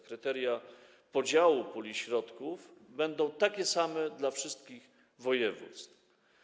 Kryteria podziału puli środków będą takie same dla wszystkich województw.